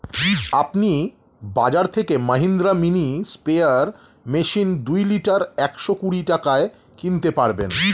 আপনি বাজর থেকে মহিন্দ্রা মিনি স্প্রেয়ার মেশিন দুই লিটার একশো কুড়ি টাকায় কিনতে পারবেন